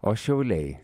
o šiauliai